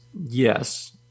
yes